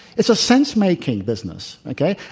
it's a sense making business, okay?